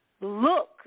Look